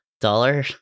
dollar